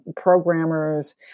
programmers